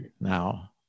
now